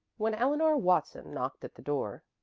when eleanor watson knocked at the door.